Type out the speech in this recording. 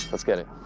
let's get it.